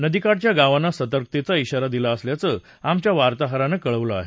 नदीकाठच्या गावांना सतर्कतेचा इशारा दिला असल्याचं आमच्या वार्ताहरानं कळवलं आहे